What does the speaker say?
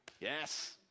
Yes